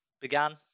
Began